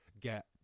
Get